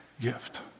gift